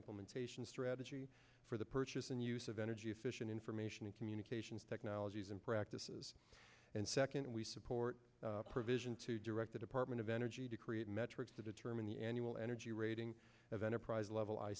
implementation strategy for the purchase and use of energy efficient information communications technologies and practices and second we support the provision to direct the department of energy to create metrics to determine the annual energy rating of enterprise level i